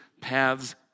paths